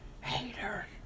Hater